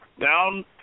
down